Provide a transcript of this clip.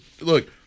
look